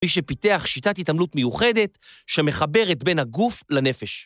‫מי שפיתח שיטת התעמלות מיוחדת ‫שמחברת בין הגוף לנפש.